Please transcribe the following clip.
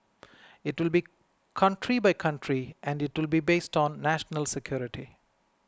it will be country by country and it will be based on national security